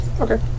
Okay